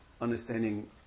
understanding